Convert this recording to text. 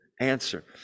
answer